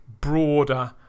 broader